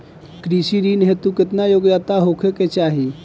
कृषि ऋण हेतू केतना योग्यता होखे के चाहीं?